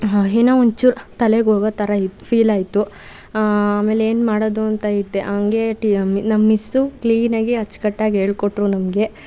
ಏನೋ ಒಂಚೂರು ತಲೆಗೆ ಹೋಗೋ ಥರ ಇತ್ತು ಫೀಲ್ ಆಯಿತು ಆಮೇಲೆ ಏನು ಮಾಡೋದು ಅಂತ ಇದ್ದೆ ಹಂಗೇ ಟಿ ನಮ್ಮ ಮಿಸ್ಸು ಕ್ಲೀನಾಗೇ ಅಚ್ಚುಕಟ್ಟಾಗಿ ಹೇಳ್ಕೊಟ್ರು ನಮಗೆ